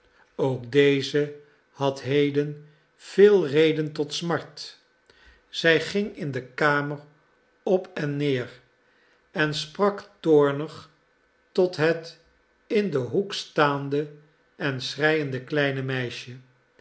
ook deze had heden veel reden tot smart zij ging in de kamer op en neer en sprak toornig tot het in den hoek staande en schreiende kleine meisje